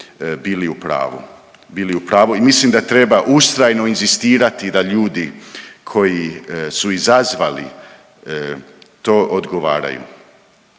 bili u pravu. I mislim da treba ustrajno inzistirati da ljudi koji su izazvali to odgovaraju.